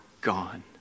gone